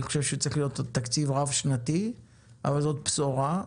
אני חושב שצריך להיות תקציב רב-שנתי אבל זאת בשורה,